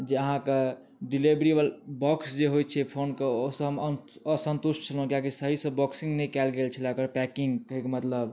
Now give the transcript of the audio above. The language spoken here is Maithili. जे अहाँके डिलेबरी बॉक्स जे होइ छै फोनकऽ ओ सब हम असन्तुष्ट छलहुॅं किएकि सही सऽ बॉक्सिंग नहि कएल गेल छलए ओकर पैकिंग कहैकऽ मतलब